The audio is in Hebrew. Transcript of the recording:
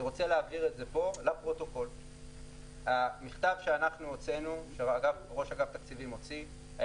אני רוצה להבהיר לפרוטוקול שהמכתב שראש אגף התקציבים הוציא היה